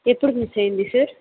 ఎప్పుడు మిస్ అయ్యింది సార్